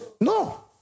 No